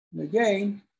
again